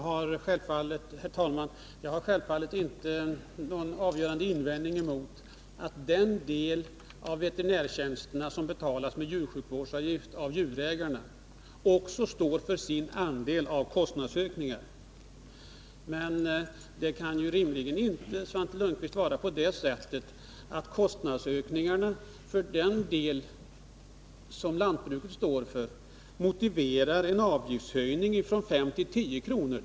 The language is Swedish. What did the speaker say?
Herr talman! Jag har självfallet inte någon avgörande invändning emot att också den del av veterinärtjänsterna som betalas med djursjukvårdsavgift av djurägarna står för sin andel av kostnadsökningarna. Men det kan ju rimligen inte vara på det sättet, Svante Lundkvist, att kostnadsökningarna för den del som lantbruket står för motiverar en avgiftshöjning från 5—10 kr.